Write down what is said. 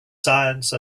science